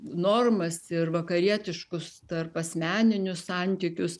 normas ir vakarietiškus tarpasmeninius santykius